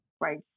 Right